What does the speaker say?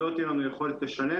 לא תהיה לנו יכולת לשלם.